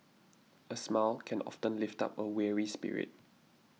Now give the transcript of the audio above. a smile can often lift up a weary spirit